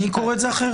אני קורא את זה אחרת.